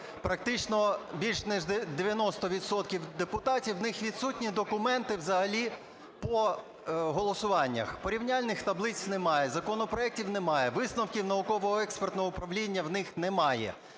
практично більше ніж 90 відсотків депутатів - у них відсутні документи взагалі по голосуваннях. Порівняльних таблиць немає, законопроектів немає, висновків Науково-експертного управління в них немає.